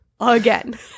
again